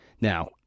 Now